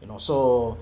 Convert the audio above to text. you know so